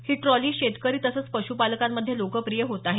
ही trolley शेतकरी तसंच पश्पालकांमध्ये लोकप्रिय होत आहे